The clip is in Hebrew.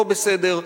לא בסדר,